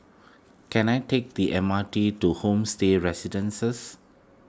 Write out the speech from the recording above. can I take the M R T to Homestay Residences